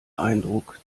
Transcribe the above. eindruck